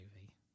movie